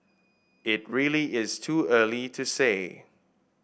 it really is too early to say